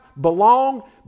belong